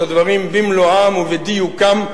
את הדברים במלואם ובדיוקם,